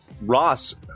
Ross